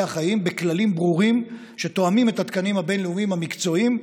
החיים בכללים ברורים התואמים את התקנים הבין-לאומיים המקצועיים,